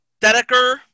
Dedeker